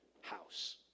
house